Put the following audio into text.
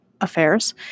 affairs